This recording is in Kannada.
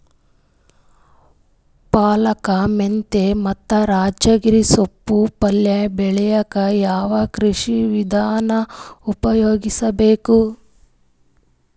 ಪಾಲಕ, ಮೆಂತ್ಯ ಮತ್ತ ರಾಜಗಿರಿ ತೊಪ್ಲ ಪಲ್ಯ ಬೆಳಿಲಿಕ ಯಾವ ಕೃಷಿ ವಿಧಾನ ಉಪಯೋಗಿಸಿ ಬೇಕು?